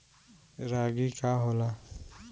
रागी का होला?